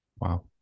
Wow